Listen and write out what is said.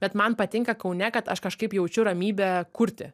bet man patinka kaune kad aš kažkaip jaučiu ramybę kurti